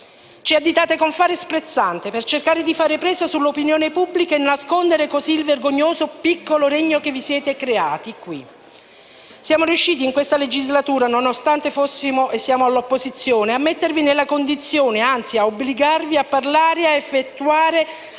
Ci additate con fare sprezzante per cercare di fare presa sull'opinione pubblica e nascondere così il vergognoso piccolo regno che vi siete creati qui. Siamo riusciti in questa legislatura, nonostante fossimo e siamo all'opposizione, a mettervi nella condizione, anzi a obbligarvi a parlare e a effettuare